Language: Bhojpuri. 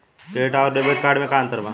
क्रेडिट अउरो डेबिट कार्ड मे का अन्तर बा?